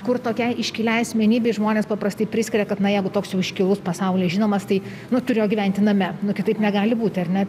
kur tokiai iškiliai asmenybei žmonės paprastai priskiria kad na jeigu toks jau iškilus pasauly žinomas tai nu turėjo gyventi name nu kitaip negali būti ar ne